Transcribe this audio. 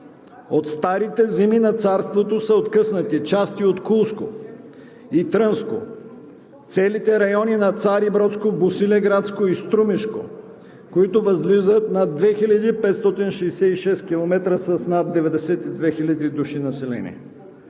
От старите земи на царството са откъснати части от Кулско и Трънско, целите райони на Царибродско, Босилеградско и Струмишко, които възлизат на 2566 км с над 92 000 души население.